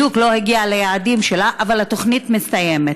לא הגיעה בדיוק ליעדים שלה, אבל התוכנית מסתיימת.